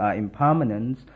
impermanence